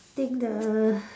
think the